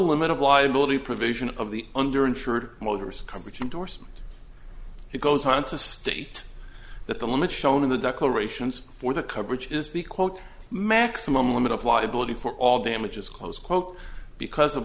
limit of liability provision of the under insured motorists competent or so it goes on to state that the limit shown in the declarations for the coverage is the quote maximum limit of liability for all damages close quote because of